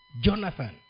Jonathan